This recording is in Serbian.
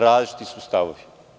Različiti su stavovi.